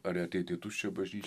ar jie ateit į tuščią bažnyč